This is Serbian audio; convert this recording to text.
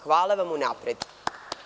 Hvala vam unapred.